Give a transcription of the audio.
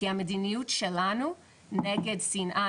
כי המדיניות שלנו נגד שנאה,